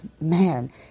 man